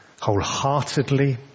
wholeheartedly